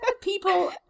People